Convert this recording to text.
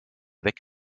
weg